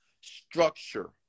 structure